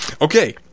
Okay